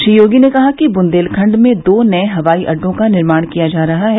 श्री योगी ने कहा कि बुन्देलखण्ड में दो नये हवाई अड्डों का निर्माण किया जा रहा है